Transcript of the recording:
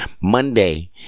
Monday